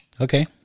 Okay